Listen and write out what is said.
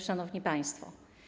Szanowni Państwo!